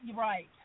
right